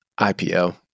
IPO